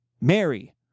Mary